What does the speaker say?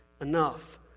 enough